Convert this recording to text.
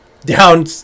down